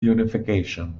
unification